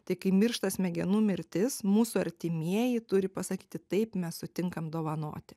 tai kai miršta smegenų mirtis mūsų artimieji turi pasakyti taip mes sutinkam dovanoti